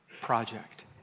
project